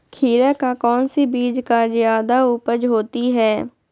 खीरा का कौन सी बीज का जयादा उपज होती है?